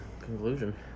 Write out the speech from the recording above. conclusion